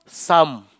some